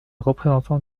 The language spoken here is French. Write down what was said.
représentant